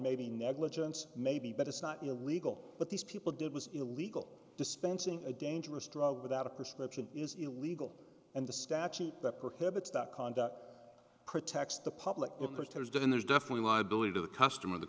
may be negligence maybe but it's not illegal but these people did was illegal dispensing a dangerous drug without a prescription is illegal and the statute that prohibits that conduct protects the public interest has been there's definitely liability to the customer the